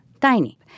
Tiny